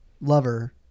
lover